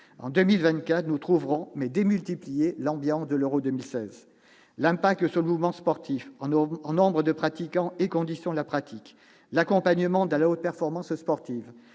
En 2024, nous retrouverons, mais démultipliée, l'ambiance de l'Euro 2016. L'impact sur le mouvement sportif- en nombre de pratiquants et conditions de la pratique -, l'accompagnement de la haute performance sportive,